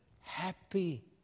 happy